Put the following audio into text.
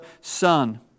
son